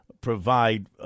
provide